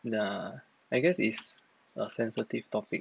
nah I guess it's a sensitive topic